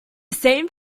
same